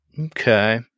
Okay